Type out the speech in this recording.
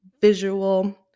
visual